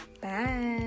bye